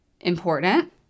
important